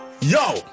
yo